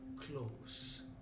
close